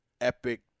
epic